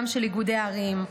גם של איגודי ערים,